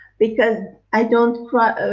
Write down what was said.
because, i don't cry.